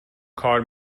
کار